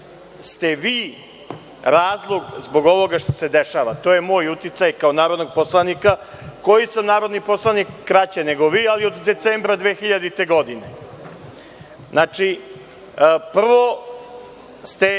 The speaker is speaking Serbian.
ste vi razlog zbog ovoga što se dešava. To je moj utisak kao narodnog poslanika, koji sam narodni poslanik kraće nego vi, ali od decembra 2000. godine. Znači, prvo ste